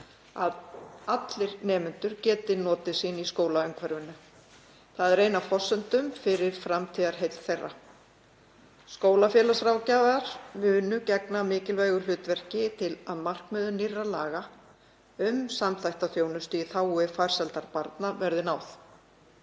að allir nemendur geti notið sín í skólaumhverfinu. Það er ein af forsendum fyrir framtíðarheill þeirra. Skólafélagsráðgjafar munu gegna mikilvægu hlutverki til að markmiðum nýrra laga um samþætta þjónustu í þágu farsældar barna verði náð.